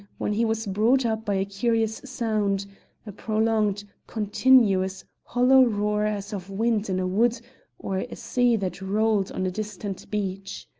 when he was brought up by a curious sound a prolonged, continuous, hollow roar as of wind in a wood or a sea that rolled on a distant beach.